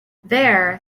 there